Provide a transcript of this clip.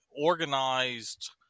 organized